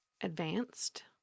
advanced